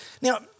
now